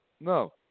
No